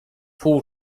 pół